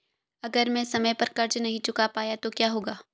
अगर मैं समय पर कर्ज़ नहीं चुका पाया तो क्या होगा?